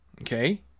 okay